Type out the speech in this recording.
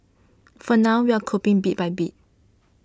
for now we're coping bit by bit